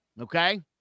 okay